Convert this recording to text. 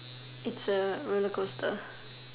it's a rollercoaster